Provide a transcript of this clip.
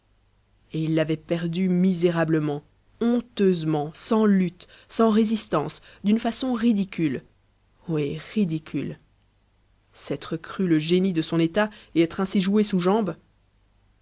et il l'avait perdue misérablement honteusement sans lutte sans résistance d'une façon ridicule oui ridicule s'être cru le génie de son état et être ainsi joué sous jambe